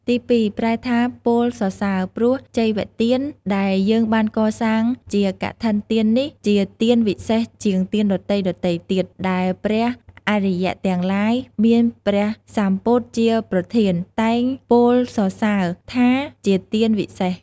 ទីពីរប្រែថាពោលសរសើរ ព្រោះចីវទានដែលយើងបានកសាងជាកឋិនទាននេះ ជាទានវិសេសជាងទានដទៃៗទៀតដែលព្រះអរិយទាំងឡាយមានព្រះសម្ពុទ្ធជាប្រធាន តែងពោលសរសសើរថាជាទានវិសេស។